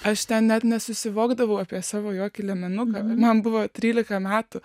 aš ten net nesusivokdavau apie savo jokį liemenuką man buvo trylika metų